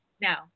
Now